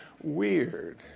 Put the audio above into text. weird